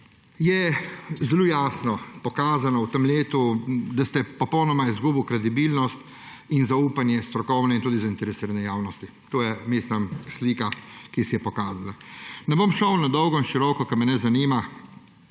Je zelo jasno pokazano v tem letu, da ste popolnoma izgubili kredibilnost in zaupanje strokovne in tudi zainteresirane javnosti. To je slika, ki se je pokazala. Ne bom šel na dolgo in široko, ker me ne zanima,